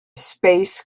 space